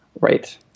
Right